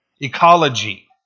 ecology